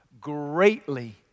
greatly